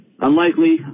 Unlikely